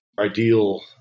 ideal